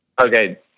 Okay